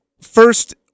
first